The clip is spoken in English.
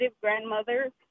grandmother